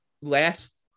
last